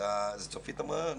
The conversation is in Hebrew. זה צופית אמרה,